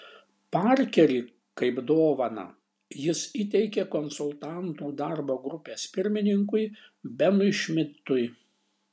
parkerį kaip dovaną jis įteikė konsultantų darbo grupės pirmininkui benui šmidtui